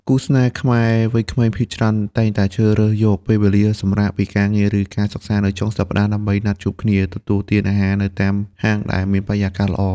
គូស្នេហ៍ខ្មែរវ័យក្មេងភាគច្រើន តែងតែជ្រើសរើសយកពេលវេលាសម្រាកពីការងារ ឬការសិក្សានៅចុងសប្តាហ៍ ដើម្បីណាត់ជួបគ្នាទទួលទានអាហារនៅតាមហាងដែលមានបរិយាកាសល្អ។